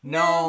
no